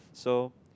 so